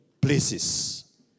places